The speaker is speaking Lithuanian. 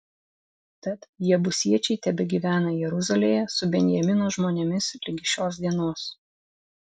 tad jebusiečiai tebegyvena jeruzalėje su benjamino žmonėmis ligi šios dienos